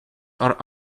are